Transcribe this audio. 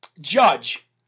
judge